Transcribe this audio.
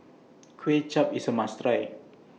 Kuay Chap IS A must Try